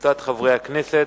וקבוצת חברי הכנסת.